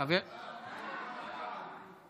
כאן.